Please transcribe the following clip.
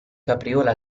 capriola